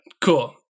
Cool